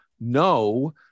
No